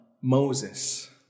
Moses